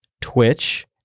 Twitch